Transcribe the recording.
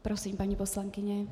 Prosím, paní poslankyně.